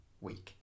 week